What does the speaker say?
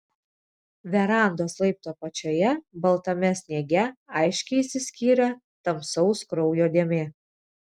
verandos laiptų apačioje baltame sniege aiškiai išsiskyrė tamsaus kraujo dėmė